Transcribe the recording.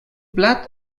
plat